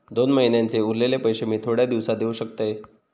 दोन महिन्यांचे उरलेले पैशे मी थोड्या दिवसा देव शकतय?